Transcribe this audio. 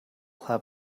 have